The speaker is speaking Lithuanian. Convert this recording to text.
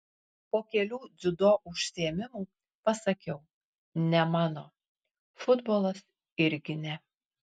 po kelių dziudo užsiėmimų pasakiau ne mano futbolas irgi ne